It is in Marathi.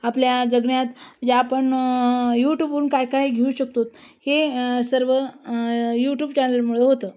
आपल्या जगण्यात जे आपण यूट्यूबवरून काय काय घेऊ शकतो हे सर्व यूट्यूब चॅनलमुळे होतं